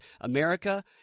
America